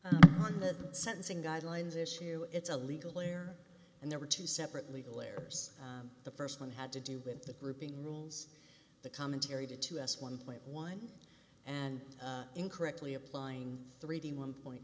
on the sentencing guidelines issue it's a legal heir and there were two separate legal layers the first one had to do with the grouping rules the commentary to two s one point one and incorrectly applying three d one point